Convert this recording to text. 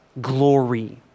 glory